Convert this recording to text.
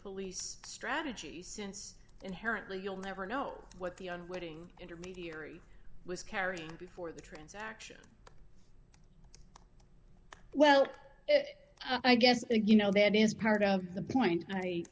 police strategy since inherently you'll never know what the unwitting intermediary was carrying before the transaction well i guess you know that is part of the point